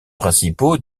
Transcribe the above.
principaux